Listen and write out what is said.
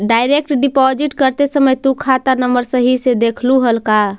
Direct deposit करते समय तु खाता नंबर सही से देखलू हल का?